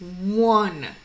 One